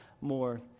more